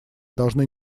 должны